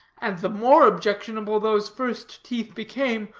and the more objectionable those first teeth became,